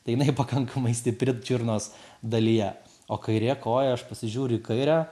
tai jinai pakankamai stipri čiurnos dalyje o kairė koja aš pasižiūriu į kairę